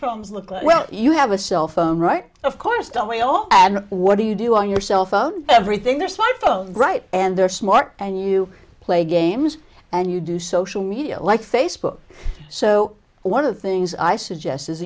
problems look like well you have a cell phone right of course tell me oh and what do you do on your cell phone everything there's my phone right and they're smart and you play games and you do social media like facebook so one of the things i suggest